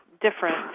different